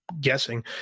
Guessing